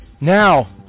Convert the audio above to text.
Now